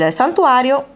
santuario